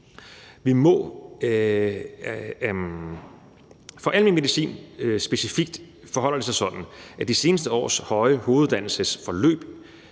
læger. For almen medicin specifikt forholder det sig sådan, at de seneste års høje antal af hoveduddannelsesforløb